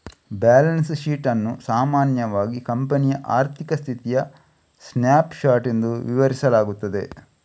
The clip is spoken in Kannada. ಬ್ಯಾಲೆನ್ಸ್ ಶೀಟ್ ಅನ್ನು ಸಾಮಾನ್ಯವಾಗಿ ಕಂಪನಿಯ ಆರ್ಥಿಕ ಸ್ಥಿತಿಯ ಸ್ನ್ಯಾಪ್ ಶಾಟ್ ಎಂದು ವಿವರಿಸಲಾಗುತ್ತದೆ